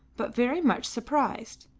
but very much surprised.